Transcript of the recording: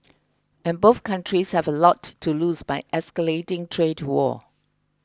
and both countries have a lot to lose by escalating trade war